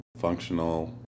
functional